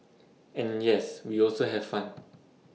and yes we also have fun